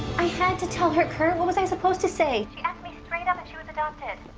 i had to tell her, kurt. what was i supposed to say? she asked me straight up if she was adopted.